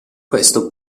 questo